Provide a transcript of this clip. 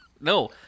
No